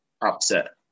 upset